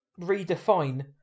redefine